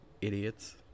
idiots